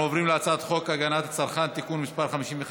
אנחנו עוברים להצעת חוק הגנת הצרכן (תיקון מס' 55),